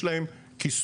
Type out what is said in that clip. יש להם כיסוי.